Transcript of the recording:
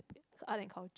art and culture